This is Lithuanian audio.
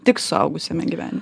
tik suaugusiam gyvenime